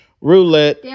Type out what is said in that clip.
roulette